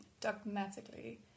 dogmatically